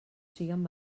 siguen